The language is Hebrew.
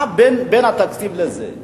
מה בין התקציב לזה?